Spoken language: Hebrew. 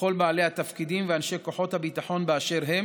וכל בעלי התפקידים ואנשי כוחות הביטחון באשר הם